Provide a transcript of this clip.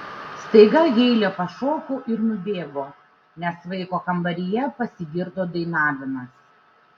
staiga heile pašoko ir nubėgo nes vaiko kambaryje pasigirdo dainavimas